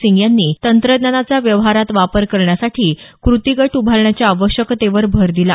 सिंग यांनी तंत्रज्ञानाचा व्यवहारात वापर करण्यासाठी कृती गट उभारण्याच्या आवश्यकतेवर भर दिला